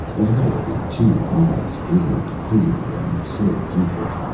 laterally, two eyes gleamed, clear and slit-pupiled.